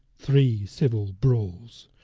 three civil brawls,